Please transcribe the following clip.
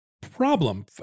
problem